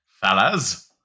fellas